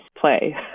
play